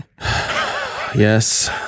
yes